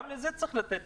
גם לזה צריך לתת